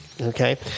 Okay